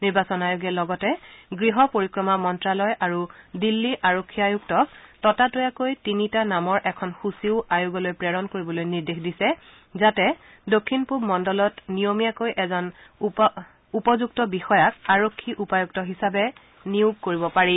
নিৰ্বাচন আয়োগে লগতে গৃহ পৰিক্ৰমা মন্ত্যালয় আৰু দিল্লী আৰক্ষী আয়ুক্তক ততাতৈয়াকৈ তিনিটা নামৰ এখন সূচীও আয়োগলৈ প্ৰেৰণ কৰিবলৈ নিৰ্দেশ দিছে যাতে দক্ষিণ পুব মণ্ডলত নিয়মীয়াকৈ এজন উপযুক্ত বিষয়াক আৰক্ষী উপায়ুক্ত হিচাপে নিয়োগ কৰিব পাৰি